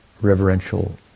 reverential